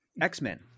X-Men